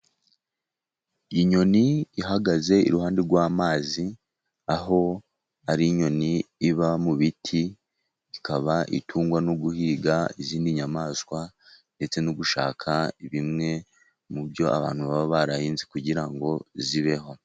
Inyoni ihagaze iruhande rw'amazi, aho ar'inyoni iba mu biti, ikaba itungwa no guhiga izindi nyamaswa ndetse no gushaka, bimwe mu byo abantu baba barahinze kugira ngo zibeho.